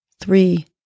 three